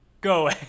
go